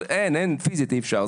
אבל פיזית אי אפשר.